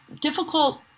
difficult